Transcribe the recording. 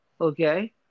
okay